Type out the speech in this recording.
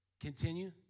continue